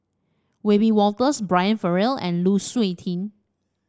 Wiebe Wolters Brian Farrell and Lu Suitin